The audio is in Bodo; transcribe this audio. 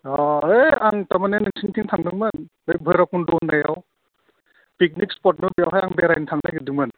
अ है आं थारमाने नोंसिनिथिं थांदोंमोन बे भैराबकन्द' होननायाव पिकनिक स्पट दं बेवहाय आं बेरायनो थांनो नागिरदोंमोन